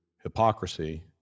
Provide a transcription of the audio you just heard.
hypocrisy